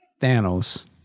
Thanos